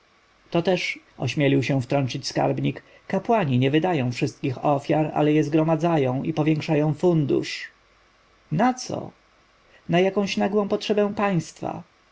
to też ośmielił się wtrącić skarbnik kapłani nie wydają wszystkich ofiar ale je zgromadzają i powiększają fundusz na co na jakąś nagłą potrzebę państwa